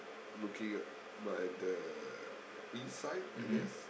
looking at by the east side I guess